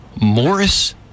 Morris